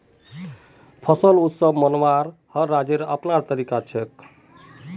फसल उत्सव मनव्वार हर राज्येर अपनार तरीका छेक